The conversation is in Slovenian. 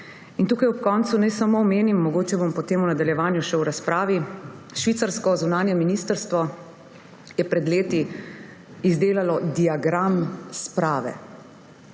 spominu. Ob koncu naj samo omenim, mogoče bom potem v nadaljevanju še v razpravi, švicarsko zunanje ministrstvo je pred leti izdelalo diagram sprave.